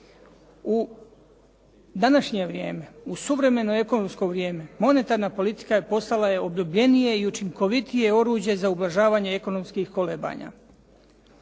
U današnje vrijeme, u suvremeno ekonomsko vrijeme monetarna politika postala je obljubljenije i učinkovitije oružje za ublažavanje ekonomskih kolebanja.